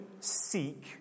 seek